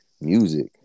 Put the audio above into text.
music